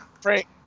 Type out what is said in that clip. Frank